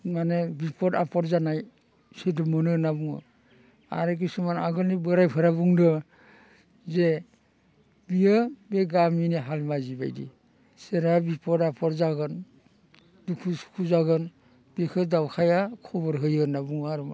माने बिफद आफद जानाय सोदोब मोनो होनना बुङो आरो किसुमान आगोलनि बोरायफोरा बुंदों जे बियो बे गामिनि हालमाजिबायदि सोरहा बिफद आफद जागोन दुखु सुखु जागोन बेखो दाउखाया खबर होयो होनना बुङो आरोमा